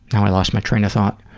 and i lost my train of thought.